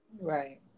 right